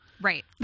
Right